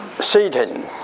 Satan